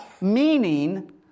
Meaning